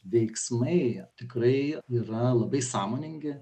veiksmai tikrai yra labai sąmoningi